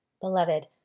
Beloved